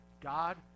God